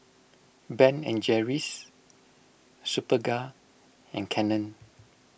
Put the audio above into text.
Ben and Jerry's Superga and Canon